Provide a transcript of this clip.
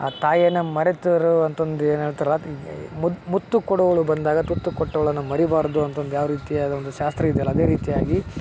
ಆ ತಾಯಿಯನ್ನು ಮರೆತೋರು ಅಂತಂದು ಏನು ಹೇಳ್ತಾರ ಮುತ್ತು ಕೊಡೋಳು ಬಂದಾಗ ತುತ್ತು ಕೊಟ್ಟವಳನ್ನ ಮರೀಬಾರ್ದು ಅಂತಂದು ಯಾವ ರೀತಿಯಾದ ಒಂದು ಶಾಸ್ತ್ರ ಇದ್ಯಲ್ವ ಅದೇ ರೀತಿಯಾಗಿ